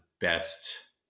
best